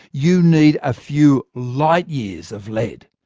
you need a few light years of lead.